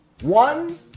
one